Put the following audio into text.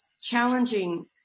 challenging